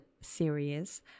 series